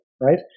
right